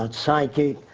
and psychic,